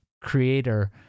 creator